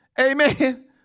Amen